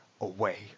away